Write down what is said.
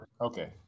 okay